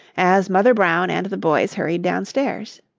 as mother brown and the boys hurried downstairs.